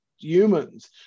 humans